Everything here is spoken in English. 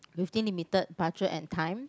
within limited budget and time